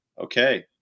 Okay